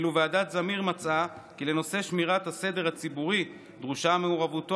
ואילו ועדת זמיר מצאה כי לנושא שמירת הסדר הציבורי דרושה מעורבותו